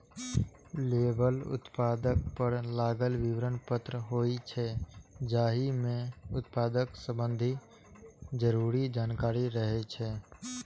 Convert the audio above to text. label उत्पाद पर लागल विवरण पत्र होइ छै, जाहि मे उत्पाद संबंधी जरूरी जानकारी रहै छै